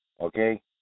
Okay